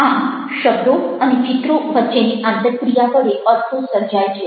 આમ શબ્દો અને ચિત્રો વચ્ચેની આંતરક્રિયા વડે અર્થો સર્જાય છે